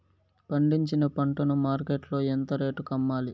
పండించిన పంట ను మార్కెట్ లో ఎంత రేటుకి అమ్మాలి?